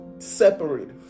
Separate